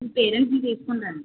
మీ పేరెంట్స్ని తీసుకురండి